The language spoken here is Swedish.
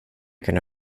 kunde